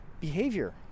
behavior